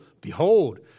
Behold